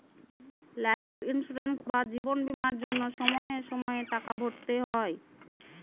life insurance বা জীবন বীমার জন্য সময়ে সময়ে টাকা ভরতে হয়